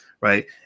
Right